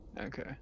okay